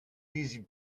easy